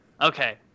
okay